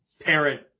parent